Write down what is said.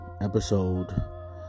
episode